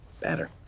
better